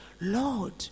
Lord